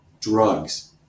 drugs